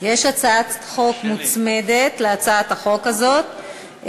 יש הצעת חוק מוצמדת להצעת החוק הזאת,